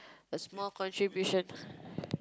a small contribution